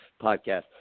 podcast